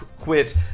quit